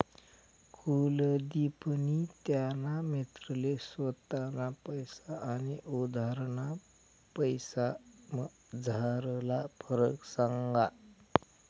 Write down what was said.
कुलदिपनी त्याना मित्रले स्वताना पैसा आनी उधारना पैसासमझारला फरक सांगा